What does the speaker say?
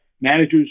Managers